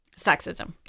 sexism